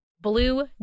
blue